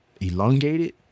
elongated